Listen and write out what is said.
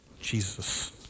Jesus